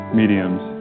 mediums